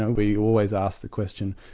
ah where you always ask the question,